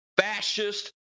fascist